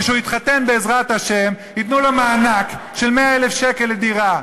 כשהוא יתחתן בעזרת השם ייתנו לו מענק של 100,000 שקל לדירה.